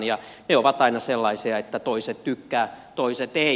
ne ovat aina sellaisia että toiset tykkää toiset ei